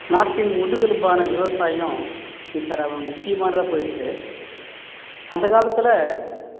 நாட்டின் முதுகெலும்பான விவசாயம் இப்போ ரவ முக்கியமானதாக போயிடுத்து அந்த காலத்தில்